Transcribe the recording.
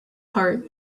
heart